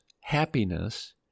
happiness